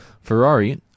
Ferrari